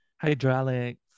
Hydraulics